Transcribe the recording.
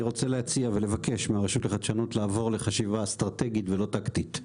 אני רוצה להציע ולבקש מהרשות לחדשנות לעבור לחשיבה אסטרטגית ולא טקטית,